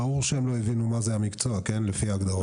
ברור שהם לא הבינו מה זה המקצוע לפי ההגדרות.